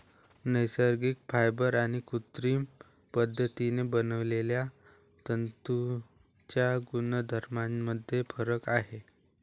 नैसर्गिक फायबर आणि कृत्रिम पद्धतीने बनवलेल्या तंतूंच्या गुणधर्मांमध्ये फरक आहे